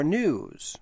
news